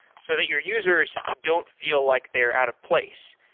so that your users don't feel like they're out of place.